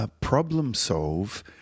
problem-solve